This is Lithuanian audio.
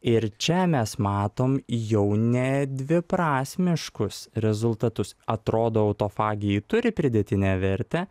ir čia mes matom jau ne dviprasmiškus rezultatus atrodo autofagijai turi pridėtinę vertę